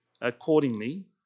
accordingly